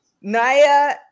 Naya